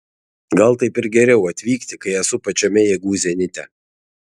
gal taip ir geriau atvykti kai esu pačiame jėgų zenite